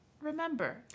remember